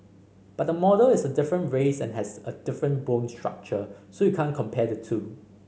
but the model is a different race and has a different bone structure so you can compare the two